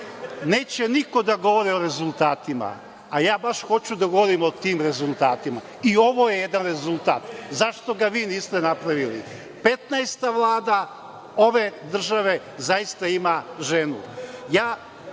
Neće niko da govori o rezultatima, a ja baš hoću da govorim o tim rezultatima. I ovo je jedan rezultat. Zašto ga vi niste napravili? Petnaesta Vlada ove države zaista ima ženu.